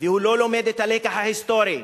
והוא לא לומד את הלקח ההיסטורי,